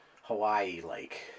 Hawaii-like